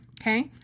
Okay